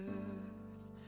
earth